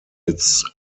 its